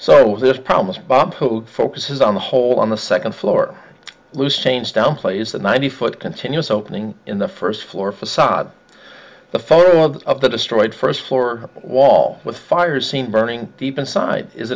so this promise bob focuses on the hole on the second floor loose change downplays the ninety foot continuous opening in the first floor facade the photo of of the destroyed first floor wall with fires seen burning deep inside is